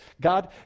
God